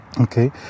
Okay